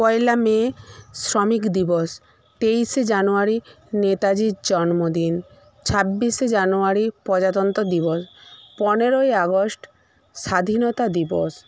পয়লা মে শ্রমিক দিবস তেইশে জানুয়ারি নেতাজীর জন্মদিন ছাব্বিশে জানুয়ারি প্রজাতন্ত্র দিবস পনেরোই আগস্ট স্বাধীনতা দিবস